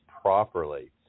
properly